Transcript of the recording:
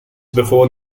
before